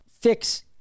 fix